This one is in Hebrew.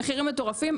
מחירים מטורפים.